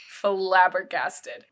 flabbergasted